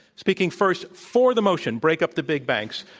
speaking first for the motion, break up the big banks,